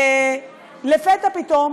לפתע פתאום,